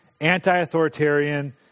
anti-authoritarian